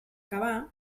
cavar